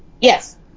yes